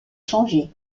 changées